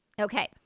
Okay